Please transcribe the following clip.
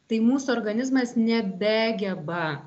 tai mūsų organizmas nebegeba